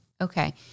Okay